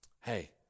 hey